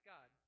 God